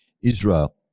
Israel